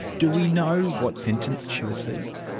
do we know what sentence she received?